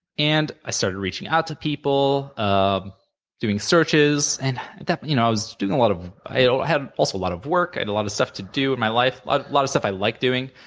and i started reaching out to people, um doing searches. and but you know i was doing a lot of i had also a lot of work. i had a lot of stuff to do with my life, a lot of stuff i liked doing.